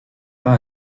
pas